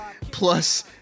Plus